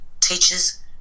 teachers